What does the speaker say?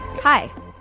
Hi